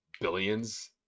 billions